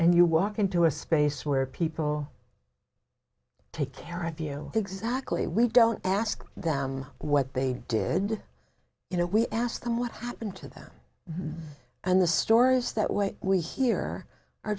and you walk into a space where people take care of you exactly we don't ask them what they did you know we asked them what happened to them and the stories that what we hear are